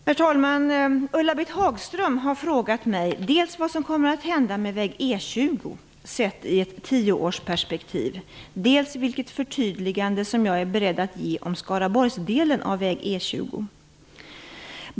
Herr talman! Ulla-Britt Hagström har frågat mig dels vad som kommer att hända med väg E 20 sett i ett tioårsperspektiv, dels vilket förtydligande som jag är beredd att göra om Skaraborgsdelen av väg E 20.